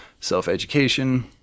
self-education